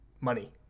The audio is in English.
money